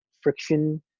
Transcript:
friction